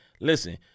Listen